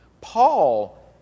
Paul